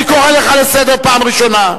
אני קורא לך לסדר פעם ראשונה.